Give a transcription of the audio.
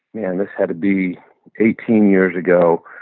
man, this had to be eighteen years ago,